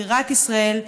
בירת ישראל,